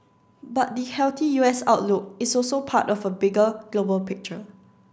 but the healthy U S outlook is also part of a bigger global picture